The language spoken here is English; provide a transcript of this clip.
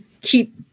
keep